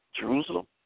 Jerusalem